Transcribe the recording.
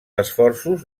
esforços